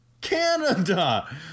Canada